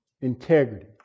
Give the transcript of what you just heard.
integrity